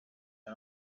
the